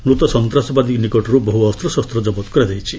ମୃତ ସନ୍ତାସବାଦୀ ନିକଟରୁ ବହୁ ଅସ୍ତଶସ୍ତ ଜବତ କରାଯାଇଛି